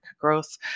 growth